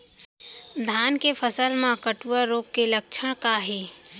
धान के फसल मा कटुआ रोग के लक्षण का हे?